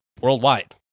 worldwide